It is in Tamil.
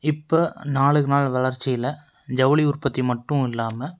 இப்போது நாளுக்கு நாள் வளர்ச்சியில் ஜவுளி உற்பத்தி மட்டும் இல்லாமல்